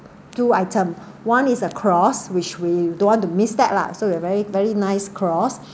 two item one is a cross which we don't want to miss that lah so we've very very nice cross